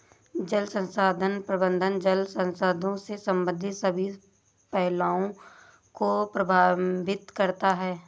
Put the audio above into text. जल संसाधन प्रबंधन जल संसाधनों से संबंधित सभी पहलुओं को प्रबंधित करता है